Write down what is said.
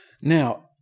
Now